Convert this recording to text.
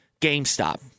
GameStop